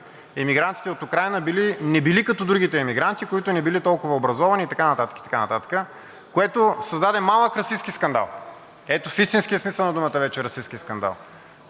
Емигрантите от Украйна не били като другите емигранти, които не били толкова образовани и така нататък, и така нататък, което създаде малък расистки скандал. Ето в истинския смисъл на думата вече расистки скандал.